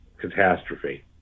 catastrophe